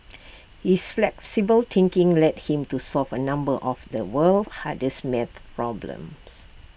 his flexible thinking led him to solve A number of the world's hardest maths problems